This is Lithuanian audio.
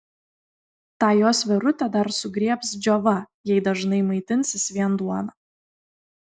tą jos verutę dar sugriebs džiova jei dažnai maitinsis vien duona